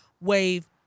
wave